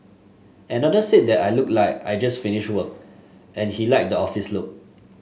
another said that I looked like I just finished work and he liked the office look